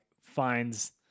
finds